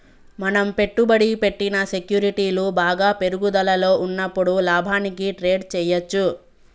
మనం పెట్టుబడి పెట్టిన సెక్యూరిటీలు బాగా పెరుగుదలలో ఉన్నప్పుడు లాభానికి ట్రేడ్ చేయ్యచ్చు